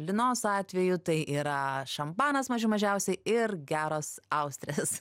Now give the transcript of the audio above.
linos atveju tai yra šampanas mažų mažiausiai ir geros austrės